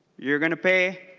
you are going to pay